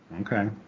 Okay